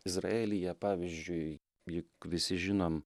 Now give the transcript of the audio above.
izraelyje pavyzdžiui juk visi žinom